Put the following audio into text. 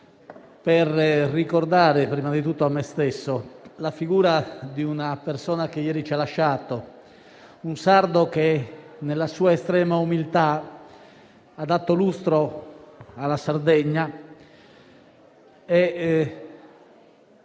per ricordare, prima di tutto a me stesso, la figura di una persona che ieri ci ha lasciato, un sardo che nella sua estrema umiltà ha dato lustro alla Sardegna,